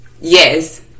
Yes